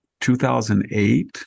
2008